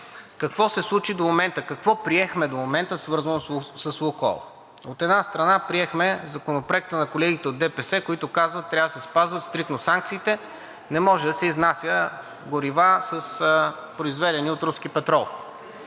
Какво се случи до момента? Какво приехме до момента, свързано с „Лукойл“? От една страна, приехме Законопроекта на колегите от ДПС, които казват: трябва да се спазват стриктно санкциите, не може да се изнасят горива, произведени от руски петрол.